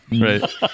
Right